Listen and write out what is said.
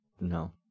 No